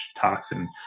toxin